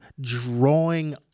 drawing